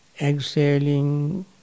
Exhaling